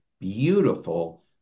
beautiful